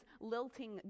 lilting